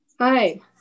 hi